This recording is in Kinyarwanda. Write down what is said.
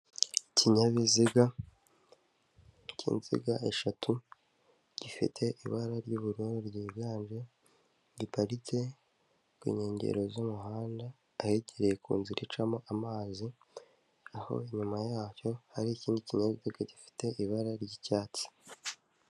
Ikinyabiziga cy'inziga eshatu, gifite ibara ry'ubururu ryiganje, giparitse ku nkengero z'umuhanda, ahegereye ku nzira icamo amazi, aho inyuma yacyo hari ikindi kinyabiziga gifite ibara ry'icyatsi.